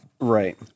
right